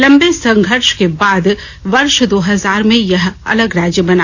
लंबे संघर्ष के बाद वर्ष दो हजार में यह अलग राज्य बना